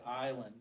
island